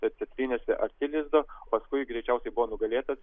bet čia trynėsi arti lizdo paskui greičiausiai buvo nugalėtas